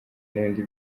n’ibindi